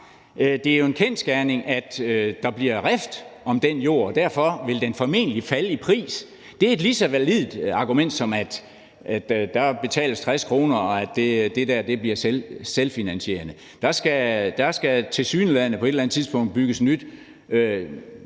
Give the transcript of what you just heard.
Det er jo en kendsgerning, at der bliver rift om den jord, og derfor vil den formentlig falde i pris. Det er et lige så validt argument, som at der betales 60 kr., og at det bliver selvfinansierende. Der skal tilsyneladende på et eller andet tidspunkt bygges nye